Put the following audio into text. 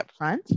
upfront